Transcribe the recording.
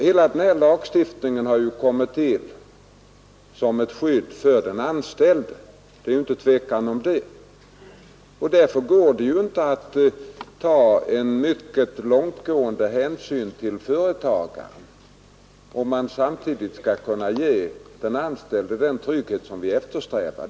Hela den här lagstiftningen har kommit till som ett skydd för den anställde. Det råder inget tvivel om det. Det går ju inte att ta mycket långtgående hänsyn till företagaren, om man samtidigt skall kunna ge den anställde den trygghet som vi eftersträvar.